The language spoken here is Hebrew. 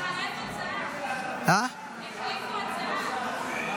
החליפו הצעה, החלפנו סדר.